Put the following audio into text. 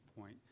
point